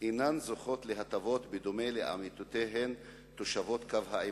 אינן זוכות להטבות בדומה לעמיתותיהן תושבות קו העימות.